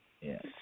Yes